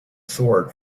sword